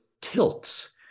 tilts